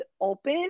open